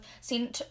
seen